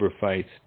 fights